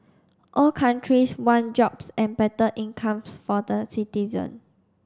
all countries want jobs and better incomes for the citizen